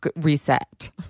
reset